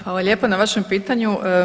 Hvala lijepa na vašem pitanju.